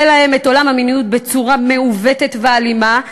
להם את עולם המיניות בצורה מעוותת ואלימה,